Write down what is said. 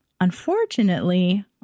unfortunately